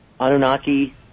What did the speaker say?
Anunnaki